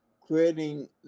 creating